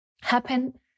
happen